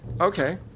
Okay